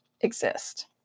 exist